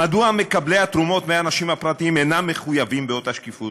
מדוע מקבלי התרומות מהאנשים הפרטיים אינם מחויבים באותה שקיפות?